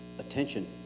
Attention